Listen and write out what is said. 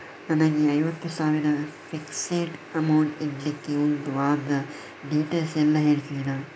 ನನಗೆ ಐವತ್ತು ಸಾವಿರ ಫಿಕ್ಸೆಡ್ ಅಮೌಂಟ್ ಇಡ್ಲಿಕ್ಕೆ ಉಂಟು ಅದ್ರ ಡೀಟೇಲ್ಸ್ ಎಲ್ಲಾ ಹೇಳ್ತೀರಾ?